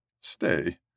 Stay